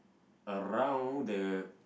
around the